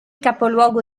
capoluogo